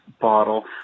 bottle